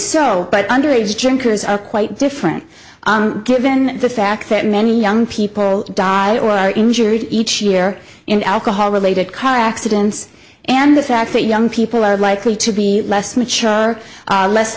so but underage drinkers are quite different given the fact that many young people die or are injured each year in alcohol related car accidents and the fact that young people are likely to be less mature less